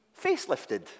facelifted